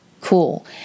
cool